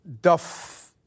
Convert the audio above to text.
Duff